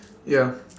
ya